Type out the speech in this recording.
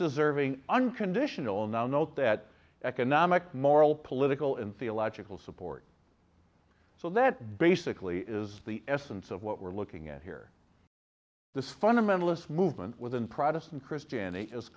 deserving unconditional now note that economic moral political and theological support so that basically is the essence of what we're looking at here this fundamentalist movement within protestant christianity is